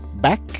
Back